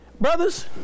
brothers